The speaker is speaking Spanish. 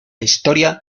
historia